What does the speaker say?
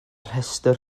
rhestr